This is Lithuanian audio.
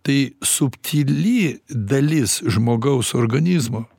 tai subtili dalis žmogaus organizmo